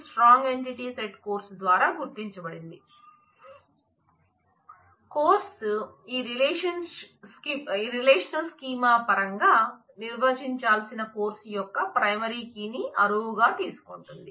strong entity set పరంగా నిర్వచించాల్సిన course యొక్క ప్రైమరీ కీ ని అరువు గా తీసుకుంటుంది